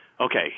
Okay